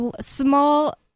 small